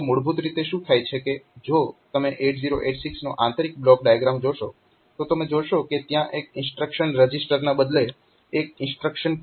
તો મૂળભૂત રીતે શું થાય છે કે જો તમે 8086 નો આંતરિક બ્લોક ડાયાગ્રામ જોશો તો તમે જોશો કે ત્યાં એક ઇન્સ્ટ્રક્શન રજીસ્ટરના બદલે એક ઇન્સ્ટ્રક્શન ક્યુ છે